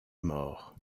mort